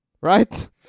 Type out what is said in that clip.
Right